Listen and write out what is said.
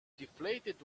deflated